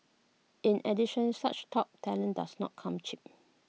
in addition such top talent does not come cheap